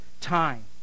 time